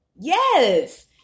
Yes